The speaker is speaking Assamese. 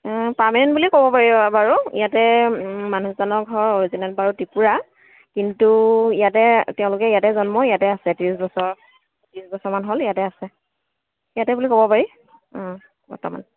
পাৰ্মানেণ্ট বুলি ক'ব পাৰি বাৰু ইয়াতে মানুহজনৰ ঘৰ অৰিজিনেল বাৰু ত্ৰিপুৰা কিন্তু ইয়াতে তেওঁলোকে ইয়াতে জন্ম ইয়াতে আছে ত্ৰিছ বছৰ ত্ৰিছ বছৰমান হ'ল ইয়াতে আছে ইয়াতে বুলি ক'ব পাৰি অঁ বৰ্তমান